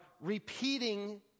repeating